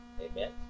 Amen